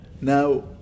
Now